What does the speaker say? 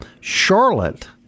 Charlotte